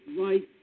right